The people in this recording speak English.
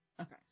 Okay